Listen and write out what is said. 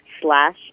slash